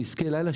לעסקי לילה,